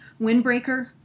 windbreaker